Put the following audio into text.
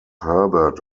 herbert